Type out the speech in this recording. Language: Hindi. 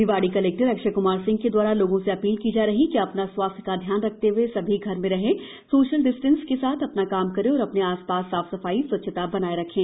निवाड़ी कलेक्टर अक्षय क्मार सिंह के दवारा लोगों से अपील की जा रही है कि अपना स्वास्थ्य का ध्यान रखते हुए सभी घर में रहे सोशल डिस्टेंस के साथ अपना काम करें और अपने सपास साफ सफाई स्वच्छता बनाए रखें